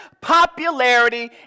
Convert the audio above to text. popularity